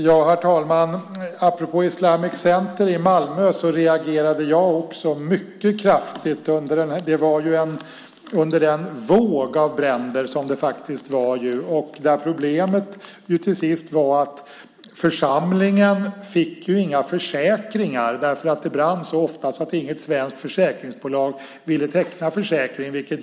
Herr talman! Apropå Islamic Center i Malmö reagerade jag också mycket kraftigt. Det var en våg av bränder. Problemet var att församlingen inte fick några försäkringar därför att det brann så ofta att inget svenskt försäkringsbolag ville teckna försäkring.